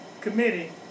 committee